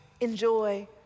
enjoy